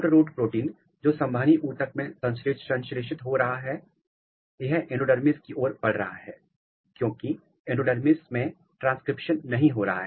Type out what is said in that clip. SHORTROOT protein जो संवहनी ऊतक में संश्लेषित हो रहा है यह एंडोडर्मिस की ओर बढ़ रहा है क्योंकि एंडोडर्मिस में ट्रांसक्रिप्शन नहीं हो रहा है